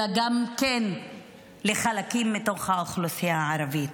אלא גם לחלקים מתוך האוכלוסייה הערבית.